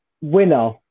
winner